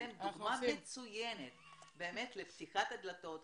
אתם דוגמה מצוינת לפתיחת הדלתות.